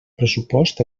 pressupost